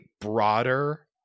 broader